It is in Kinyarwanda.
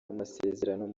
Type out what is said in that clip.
amasezerano